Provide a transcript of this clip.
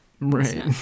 Right